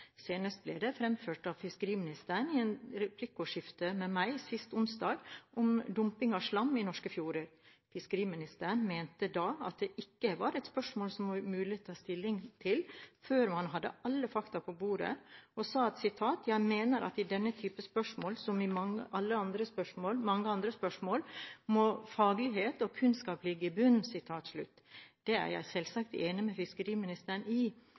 Senest ble det fremført av fiskeriministeren i et replikkordskifte med meg sist onsdag om dumping av slam i norske fjorder. Fiskeriministeren mente da at det var et spørsmål det ikke var mulig å ta stilling til før man hadde alle fakta på bordet, og sa: «Jeg mener at i denne type spørsmål – som i mange andre spørsmål – må faglighet og kunnskap ligge i bunnen.» Det er jeg selvsagt enig med fiskeriministeren i,